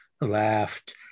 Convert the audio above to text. laughed